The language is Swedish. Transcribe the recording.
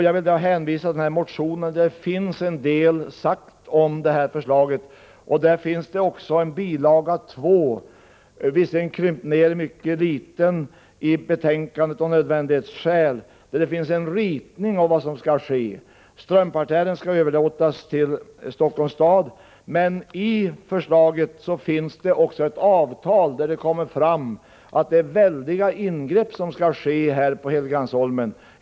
Jag vill därför hänvisa till den nämnda motionen. Där står en hel del om förslaget. Där finns också i bil. 2, som av förklarliga skäl är krympt och mycket liten i betänkandet, en ritning av vad som kommer att ske. Strömparterren skall överlåtas till Stockholms stad. Förslaget innehåller också ett avtal, där det framgår att väldiga ingrepp kommer att ske på Helgeandsholmen.